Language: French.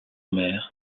mer